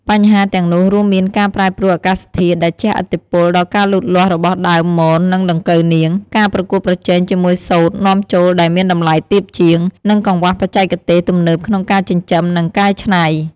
បញ្ហាទាំងនោះរួមមានការប្រែប្រួលអាកាសធាតុដែលជះឥទ្ធិពលដល់ការលូតលាស់របស់ដើមមននិងដង្កូវនាង ការប្រកួតប្រជែងជាមួយសូត្រនាំចូលដែលមានតម្លៃទាបជាង និងកង្វះបច្ចេកទេសទំនើបក្នុងការចិញ្ចឹម និងកែច្នៃ។